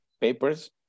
papers